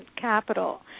Capital